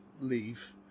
leave